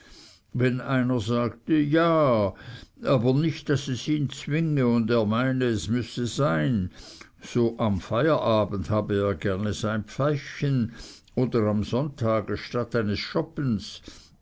wenn einer sagte ja aber nicht daß es ihn zwinge und er meine es müsse sein so am feierabend habe er gerne sein pfeifchen oder am sonntage statt eines schoppens